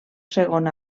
segon